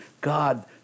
God